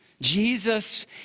Jesus